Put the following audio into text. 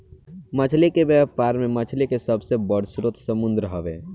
मछली के व्यापार में मछली के सबसे बड़ स्रोत समुंद्र हवे